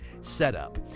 setup